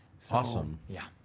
so awesome. yeah.